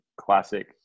Classic